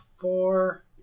four